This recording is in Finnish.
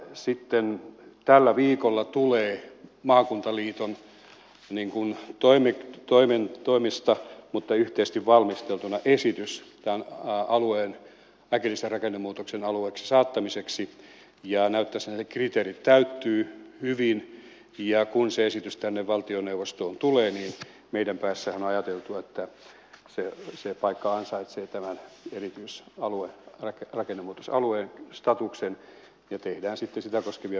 sitten tällä viikolla tulee maakuntaliiton toimesta mutta yhteisesti valmisteltuna esitys tämän alueen saattamiseksi äkillisen rakennemuutoksen alueeksi ja näyttäisi siltä että nämä kriteerit täyttyvät hyvin ja kun se esitys tänne valtioneuvostoon tulee niin meidän päässähän on ajateltu että se paikka ansaitsee tämän erityisen rakennemuutoksen alueen statuksen ja tehdään sitten sitä koskevia päätöksiä mahdollisimman nopeasti